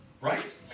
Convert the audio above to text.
Right